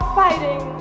fighting